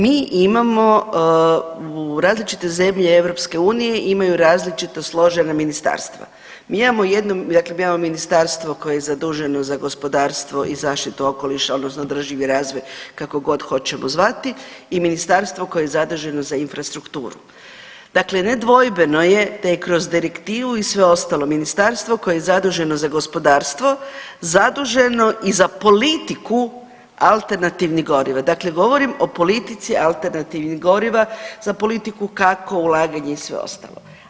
Mi imamo u različite zemlje EU imaju različito složena ministarstva, mi imamo dakle imamo ministarstvo koje je zaduženo za gospodarstvo i zaštitu okoliša odnosno održivi razvoj kakogod hoćemo zvati i ministarstvo koje je zaduženo za infrastrukturu, dakle nedvojbeno je da je kroz direktivu i sve ostalo ministarstvo koje je zaduženo za gospodarstvo zaduženo i za politiku alternativnih goriva, dakle govorim o politici alternativnih goriva za politiku kako ulaganje i sve ostalo.